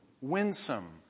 winsome